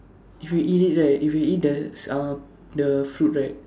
if we eat it right if we eat the uh the fruit right